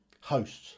hosts